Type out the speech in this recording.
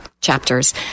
Chapters –